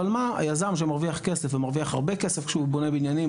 אבל היזם שמרוויח כסף ומרוויח הרבה כסף כשהוא בונה בניינים,